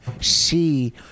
see